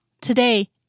Today